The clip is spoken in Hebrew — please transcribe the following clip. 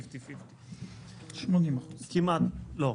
80%. לא.